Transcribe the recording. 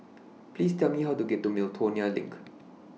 Please Tell Me How to get to Miltonia LINK